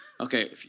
Okay